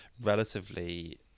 relatively